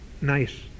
nice